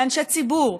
לאנשי ציבור,